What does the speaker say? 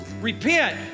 repent